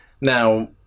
Now